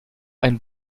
ein